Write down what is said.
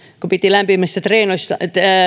kun piti lämpimissä oloissa